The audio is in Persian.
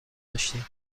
داشتیم